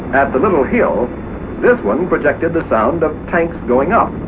at the little hill, this one projected the sound of tanks going up.